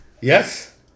Yes